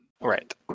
Right